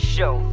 Show